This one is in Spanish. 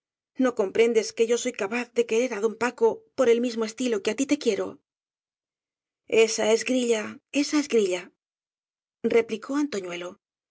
no comprendes que yo soy capaz de querer á don paco por el mismo estilo que á tí te quiero esa es grilla esa